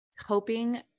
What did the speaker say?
coping